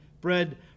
bread